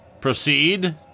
proceed